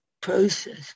process